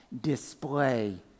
display